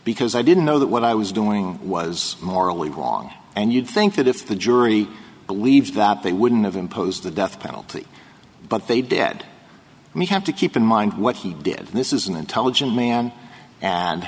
because i didn't know that what i was doing was morally wrong and you'd think that if the jury believed that they wouldn't have imposed the death penalty but they did and we have to keep in mind what he did this is an intelligent man and